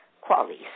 qualities